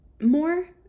more